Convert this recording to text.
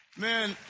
Man